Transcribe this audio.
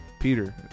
Peter